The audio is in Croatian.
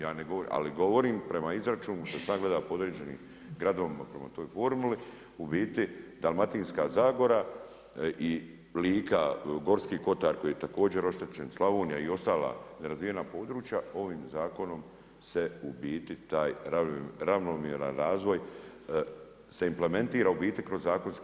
Ja ne govorim, ali govorim prema izračunu što sam ja gledao po određenim gradovima, prema toj formuli, u biti Dalmatinska zagora i Lika, Gorski kotar, koji je također oštećen, Slavonija i ostala razvijena područja ovim zakonom se u biti taj ravnomjeran razvoj se implementira u biti kroz zakonske.